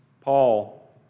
Paul